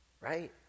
right